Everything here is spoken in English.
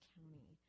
County